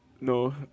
No